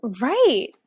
Right